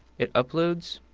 it uploads.